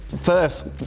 first